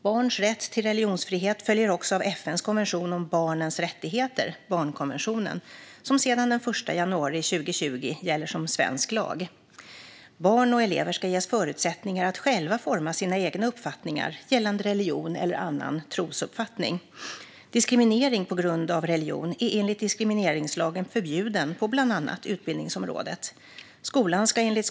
Barns rätt till religionsfrihet följer också av FN:s konvention om barnets rättigheter - barnkonventionen - som sedan 1 januari 2020 gäller som svensk lag. Barn och elever ska ges förutsättningar att själva forma sina egna uppfattningar gällande religion eller annan trosuppfattning. Diskriminering på grund av religion är enligt diskrimineringslagen förbjuden på bland annat utbildningsområdet.